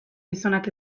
gizonak